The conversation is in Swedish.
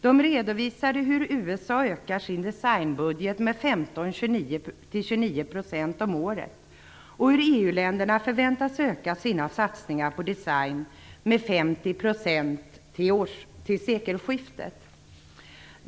Där redovisades hur USA ökar sin designbudget med 15-29 % om året och hur EU-länderna förväntas öka sina satsningar på design med 50 % fram till sekelskiftet.